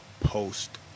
post